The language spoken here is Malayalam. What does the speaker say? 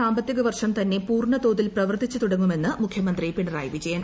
സാമ്പത്തിക വർഷം തന്നെപൂർണതോതിൽ പ്രവർത്തിച്ചു തുടങ്ങുമെന്ന് മുഖ്യമന്ത്രി പിണറായി വിജയൻ